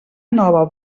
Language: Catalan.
nova